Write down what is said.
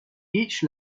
each